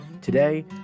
Today